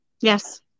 Yes